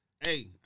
Hey